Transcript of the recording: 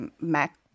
Mac